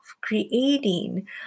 creating